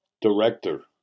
director